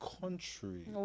country